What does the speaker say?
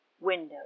window's